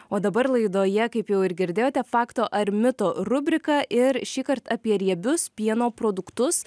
o dabar laidoje kaip jau ir girdėjote fakto ar mito rubrika ir šįkart apie riebius pieno produktus